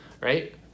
right